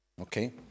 okay